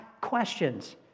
questions